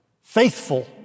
faithful